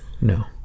No